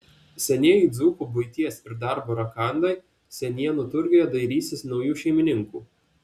senieji dzūkų buities ir darbo rakandai senienų turguje dairysis naujų šeimininkų